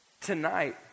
Tonight